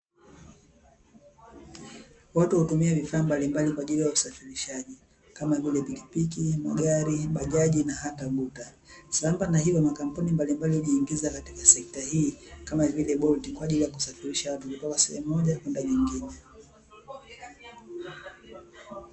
Watu hutumia vifaa mbalimbali kwa ajili ya usafirishaji kama, vile: pikipiki, magari, bajaji, na hata guta. Sambamba na hilo makampuni mbalimbali hujiingiza katika sekta hii, kama vile "bolt" kwa ajili ya kusafirisha watu kutoka sehemu moja kwenda nyingine.